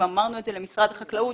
אמרנו את זה למשרד החקלאות,